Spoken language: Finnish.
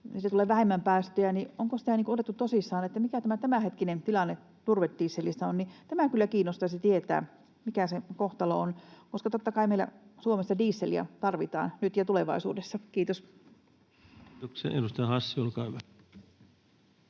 siitä tulee vähemmän päästöjä, niin onko sitä otettu tosissaan, ja mikä tämänhetkinen tilanne turvedieselissä on? Tämä kyllä kiinnostaisi tietää, mikä sen kohtalo on, koska totta kai meillä Suomessa dieseliä tarvitaan nyt ja tulevaisuudessa. — Kiitos. Kiitoksia. — Edustaja Hassi, olkaa hyvä.